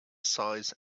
size